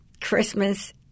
Christmas